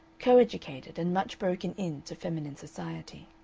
co-educated and much broken in to feminine society.